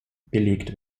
belegt